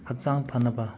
ꯍꯛꯆꯥꯡ ꯐꯅꯕ